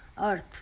earth